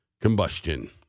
combustion